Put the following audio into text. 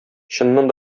чыннан